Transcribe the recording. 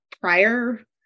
prior